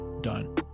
done